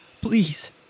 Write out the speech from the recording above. Please